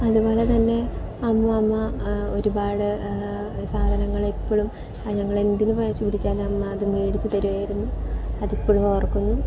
അതുപോലെ തന്നെ അമ്മമ്മ ഒരുപാട് സാധനങ്ങൾ എപ്പോഴും ഞങ്ങൾ എന്തിന് വാശി പിടിച്ചാലും അമ്മമ്മ അത് മേടിച്ച് തരുമായിരുന്നു അത് ഇപ്പോഴും ഓർക്കുന്നു